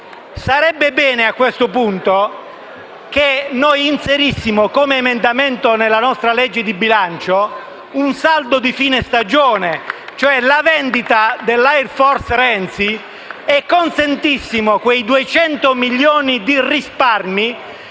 Sarebbe bene, a questo punto, che noi inserissimo come emendamento nel disegno di legge di bilancio un saldo di fine stagione, cioè la vendita dell'Air Force Renzi e consentissimo 200 milioni di risparmi